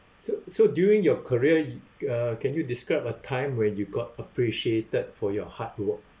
so so during your career you uh can you describe a time where you got appreciated for your hard work